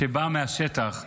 שבאה מהשטח,